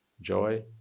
joy